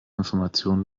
information